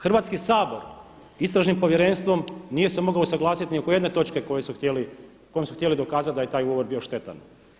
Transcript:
Hrvatski sabor istražnim povjerenstvom nije se mogao usuglasiti ni oko jedne točke kojom su htjeli dokazati da je taj ugovor bio štetan.